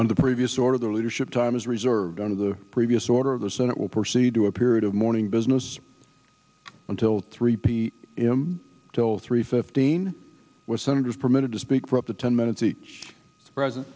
on the previous order the leadership time is reserved on of the previous order of the senate will proceed to a period of mourning business until three pm if i'm told three fifteen with senators permitted to speak for up to ten minutes each present